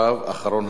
אחרון הדוברים,